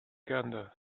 gander